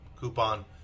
coupon